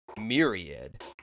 myriad